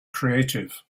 creative